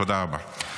תודה רבה.